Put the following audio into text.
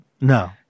no